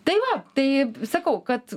tai va taip sakau kad